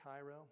Cairo